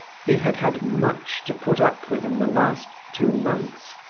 he had had much to put up with in the last two months,